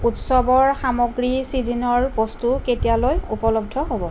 উৎসৱৰ সামগ্ৰী ছিজিনৰ বস্তু কেতিয়ালৈ উপলব্ধ হ'ব